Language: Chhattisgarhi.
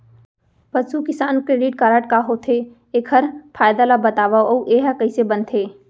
पसु किसान क्रेडिट कारड का होथे, एखर फायदा ला बतावव अऊ एहा कइसे बनथे?